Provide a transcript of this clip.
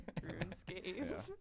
RuneScape